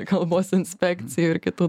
kalbos inspekcijų ir kitų